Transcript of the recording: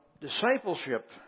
discipleship